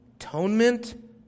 atonement